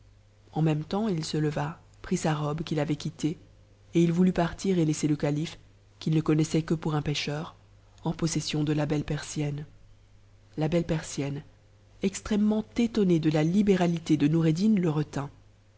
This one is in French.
en hk'tne temps il se leva prit sa robe qu'il avait quittée et il voulut n'tit'et laisser le calife qu'il ne connaissait que pour un pécheur en possession de la belle persienne i la belle persienne extrêmement étonnée de la libéralité de noureddin e retint